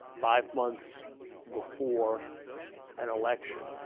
five months before an election